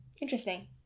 Interesting